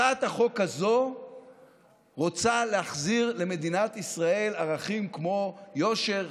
הצעת החוק הזו רוצה להחזיר למדינת ישראל ערכים כמו יושר,